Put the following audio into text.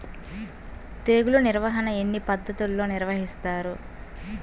తెగులు నిర్వాహణ ఎన్ని పద్ధతుల్లో నిర్వహిస్తారు?